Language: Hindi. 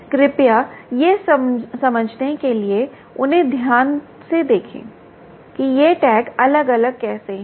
कृपया ये समझने के लिए उन्हें ध्यान से देखें कि ये टैग अलग अलग कैसे हैं